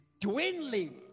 dwindling